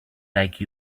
like